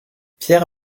pierre